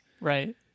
right